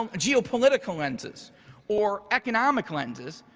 um geopolitical lenses or economic lenses,